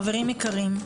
חברים יקרים,